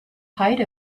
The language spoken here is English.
height